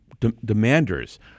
demanders